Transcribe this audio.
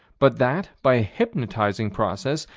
but that, by a hypnotizing process,